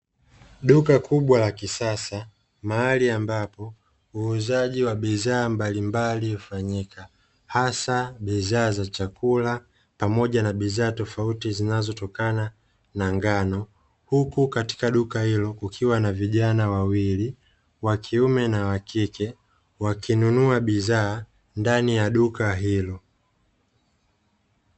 Duka kubwa la kisasa mahali ambapo uuzaji wa bidhaa mbalimbali hufanyika, hasa bidhaa za chakula pamoja na bidhaa tofauti zinazotokana na ngano, huku katika duka hilo kukiwa na vijana wawili wakiume na wakike, wakinunua bidhaa ndani ya duka hilo.